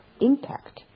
impact